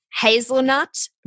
hazelnut